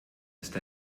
ist